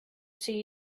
see